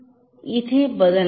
हे इथे बदलणार नाही